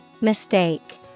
Mistake